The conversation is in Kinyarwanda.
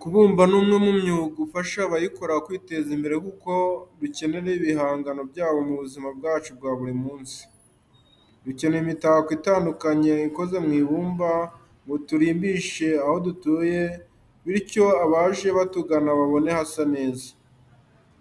Kubumba ni umwe mu myuga ifasha abayikora kwiteza imbere kuko dukenera ibihangano byabo mu buzima bwacu bwa buri munsi. Dukenera imitako itandukanye ikoze mu ibumba ngo turimbishe aho dutuye bityo abaje batugana babone hasa neza.